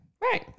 Right